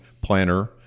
planner